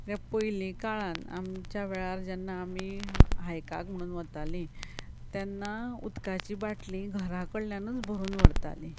कित्याक पयलीं काळान आमच्या वेळार जेन्ना आमी हायकाक म्हुणून वतालीं तेन्ना उदकाची बाटली घरा कडल्यानूच भरून व्हरतालीं